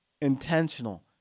intentional